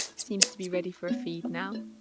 seems to be ready for a feed now